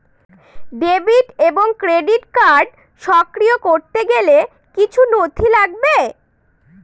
Debit এবং credit card সক্রিয় করতে গেলে কিছু নথি লাগবে?